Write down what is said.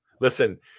Listen